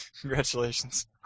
Congratulations